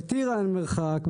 בטירה אין מרחק,